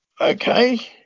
okay